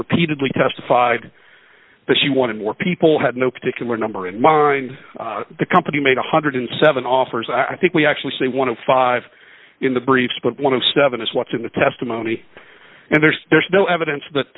repeatedly testified that she wanted more people had no particular number in mind the company made one hundred and seven offers i think we actually say one of five in the briefs but one of seven is what's in the testimony and there's there's no evidence that